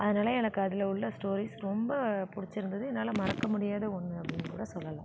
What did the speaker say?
அதனால் எனக்கு அதில் உள்ள ஸ்டோரீஸ் ரொம்ப பிடிச்சிருந்தது என்னால மறக்க முடியாத ஒன்று அப்படின்னு கூட சொல்லலாம்